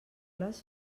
les